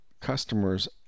customers